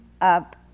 up